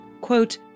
quote